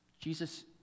Jesus